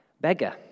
beggar